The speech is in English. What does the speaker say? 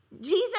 Jesus